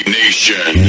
nation